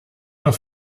noch